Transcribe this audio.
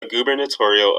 gubernatorial